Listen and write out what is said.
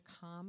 come